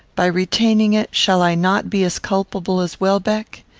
by retaining it, shall i not be as culpable as welbeck?